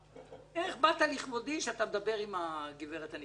איך באת לכבודי כשאתה מדבר עם הגברת הנכבדה,